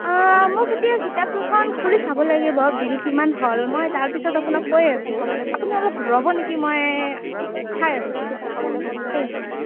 অঁ মোক এতিয়া কিতাপকেইখন খুলি চাব লাগিব বিল কিমান হ'ল মই তাৰপিছত আপোনাক কৈ আছোঁ আপুনি অলপ ৰ'ব নেকি মই চাই আছোঁ ঠিক আছে